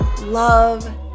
love